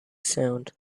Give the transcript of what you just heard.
sound